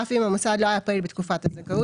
אף אם המוסד לא היה פעיל בתקופת הזכאות,